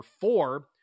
four